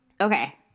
okay